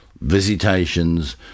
visitations